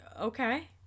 okay